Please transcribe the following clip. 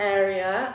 area